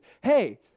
Hey